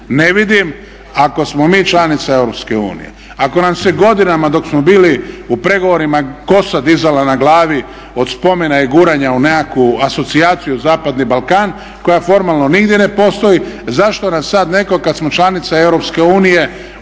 Ne vidim ako smo mi članica Europske unije, ako nam se godinama dok smo bili u pregovorima kosa dizala na glavi od spomena i guranja u nekakvu asocijaciju Zapadni Balkan koja formalno nigdje ne postoji zašto nas sada netko kada smo članica